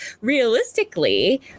realistically